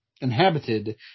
inhabited